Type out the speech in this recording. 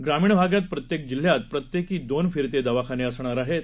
ग्रामीणभागातप्रत्येकजिल्हयालाप्रत्येकीदोनफिरतेदवाखानेअसणारआहेत